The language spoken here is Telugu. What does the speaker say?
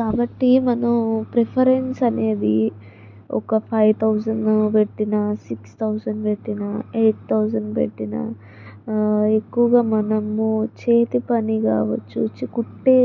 కాబట్టి మనం ప్రిఫరెన్స్ అనేది ఒక ఫైవ్ థౌసండ్ పెట్టిన సిక్స్ థౌసండ్ పెట్టినా ఎయిట్ థౌసండ్ పెట్టినా ఎక్కువగా మనం చేతి పని కావచ్చు వచ్చి కుట్టే